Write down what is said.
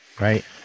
right